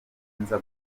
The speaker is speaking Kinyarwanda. nza